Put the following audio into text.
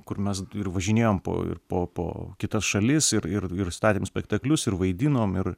kur mes ir važinėjom po ir po po kitas šalis ir ir ir statėm spektaklius ir vaidinom ir